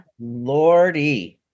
Lordy